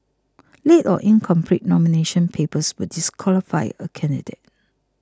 late or incomplete nomination papers will disqualify a candidate